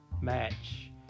match